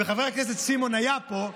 וחבר הכנסת סימון היה פה,